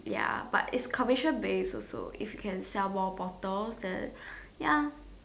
ya but it's commission based also if you can sell more bottles ya